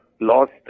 lost